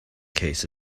case